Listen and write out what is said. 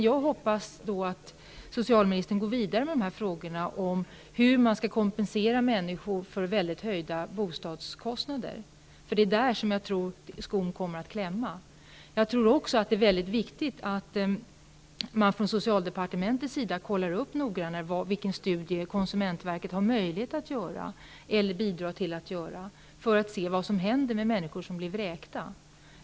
Jag hoppas att socialministern går vidare i arbetet med frågorna om hur man skall kompensera människorna för de mycket stora höjningarna av bostadskostnaderna, eftersom det nog är där skon kommer att klämma. Jag tror också att det är mycket viktigt att man från socialdepartementets sida nogrannare kontrollerar vilken studie konsumentverket har möjlighet att göra eller bidra till att göra när det gäller att se vad som händer när människor blir vräkta.